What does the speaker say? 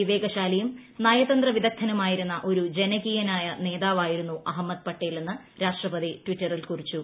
വിവേകശാലിയും നയതന്ത്ര വിദഗ്ധനുമായിരുന്ന ഒരു ജനകീയനായ നേതാവായിരുന്നു അഹ്മദ് പട്ടേലെന്ന് രാഷ്ടപതി ടിറ്ററിൽ കുറിച്ചു